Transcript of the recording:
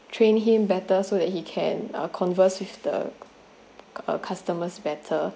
train him better so that he can uh converse with the uh customers better